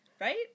Right